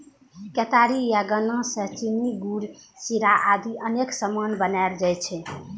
केतारी या गन्ना सं चीनी, गुड़, शीरा आदि अनेक सामान बनाएल जाइ छै